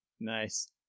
Nice